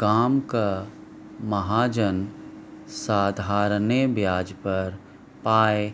गामक महाजन साधारणे ब्याज पर पाय